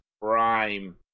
prime